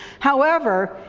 however,